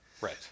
Right